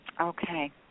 Okay